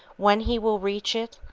when he will reach it,